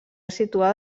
situada